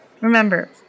Remember